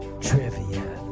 trivia